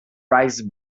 rice